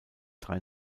drei